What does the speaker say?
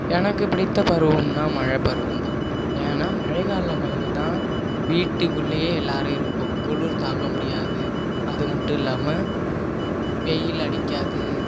எனக்கு பிடித்த பருவம்னா மழை பருவம் தான் ஏனால் மழைகாலங்களில் தான் வீட்டுக்குள்ளேயே எல்லாரும் இருப்போம் குளுரு தாங்க முடியாது அது மட்டும் இல்லாமல் வெயில் அடிக்காது